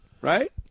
Right